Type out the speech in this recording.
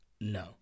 No